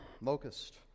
locust